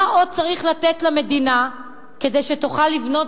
מה עוד צריך לתת למדינה כדי שתוכל לבנות